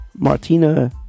Martina